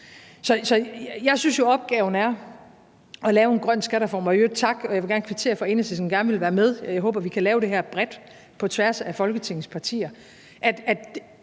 jeg synes jo, at opgaven er at lave en grøn skattereform.